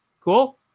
Cool